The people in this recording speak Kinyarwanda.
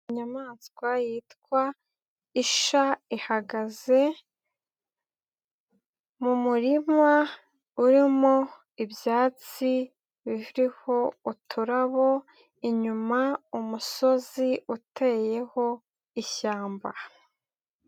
Inyamaswa yitwa isha ihagaze mu murima urimo ibyatsi biriho uturabo, inyuma umusozi uteyeho ishyamba.